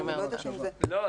אני לא יודעת אם זה --- לא,